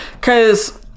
Cause